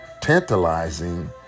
tantalizing